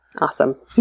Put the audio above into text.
Awesome